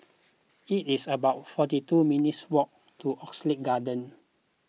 it is about forty two minutes' walk to Oxley Garden